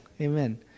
Amen